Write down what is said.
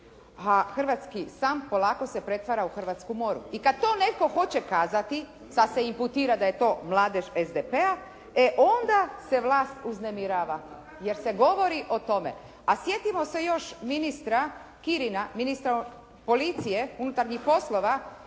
a hrvatski san polako se pretvara u hrvatsku moru. I kada to netko hoće kazati, sada se imputira da je to mladež SDP-a, e onda se vlast uznemirava, jer se govori o tome. A sjetimo se još ministra Kirina, ministra policije Unutarnjih poslova